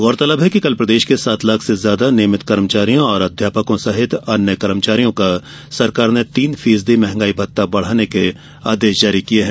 गौरतलब है कि कल प्रदेश के सात लाख से ज्यादा नियमित कर्मचारियों और अध्यापकों सहित अन्य कर्मचारियों का सरकार ने तीन फीसदी महंगाई भत्ता बढ़ाने के आदेश जारी किये हैं